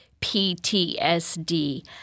PTSD